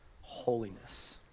holiness